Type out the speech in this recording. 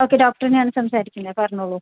okay ഡോക്ടറെന്നെയാണ് സംസാരിക്കുന്നത് പറഞ്ഞോളൂ